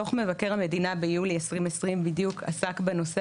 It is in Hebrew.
דוח מבקר המדינה ביולי 2020 בדיוק עסק בנושא